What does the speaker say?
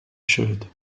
should